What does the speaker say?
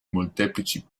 molteplici